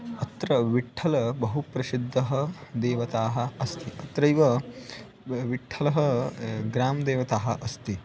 अत्र विठ्ठलः बहु प्रसिद्धः देवता अस्ति अत्रैव वे विठ्ठलः ग्रामदेवता अस्ति